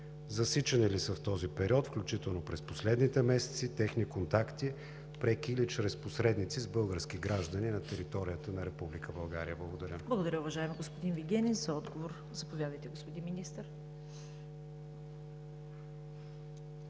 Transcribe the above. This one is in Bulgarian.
Засичани ли са в този период, включително през последните месеци, техни контакти – преки или чрез посредници, с български граждани на територията на Република България? Благодаря.